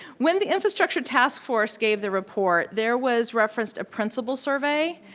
when the infrastructure task force gave the report, there was referenced a principal survey,